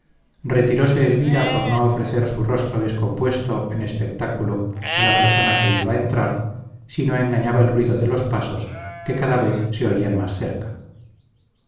retiróse elvira por no ofrecer su rostro descompuesto en espectáculo a la persona que iba a entrar si no engañaba el ruido de los pasos que cada vez se oían más cerca